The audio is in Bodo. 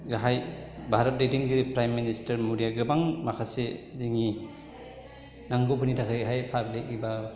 गाहाइ भारत दैदेनगिरि प्राइम मिनिस्टार मडिआ गोबां माखासे जोंनि नांगौफोरनि थाखायहाय पाब्लिक एबा